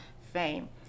Fame